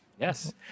Yes